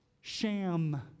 Sham